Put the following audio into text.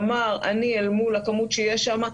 אמר שאל מול הכמות שיש שם,